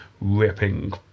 ripping